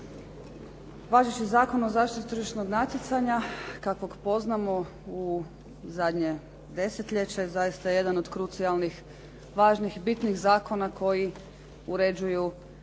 Važeći Zakon o zaštiti tržišnog natjecanja kakvog poznamo u zadnje desetljeće zaista je jedan od krucijalnih, važnih, bitnih zakona koji uređuju